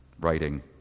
writing